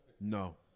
No